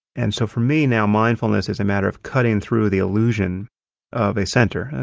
and so for me now, mindfulness is a matter of cutting through the illusion of a center,